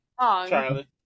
Charlie